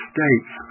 States